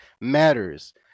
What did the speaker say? matters